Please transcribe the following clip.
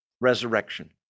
resurrection